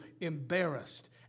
embarrassed